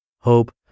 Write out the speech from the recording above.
hope